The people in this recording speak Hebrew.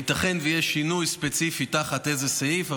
ייתכן שיהיה שינוי ספציפי תחת איזה סעיף,